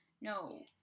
No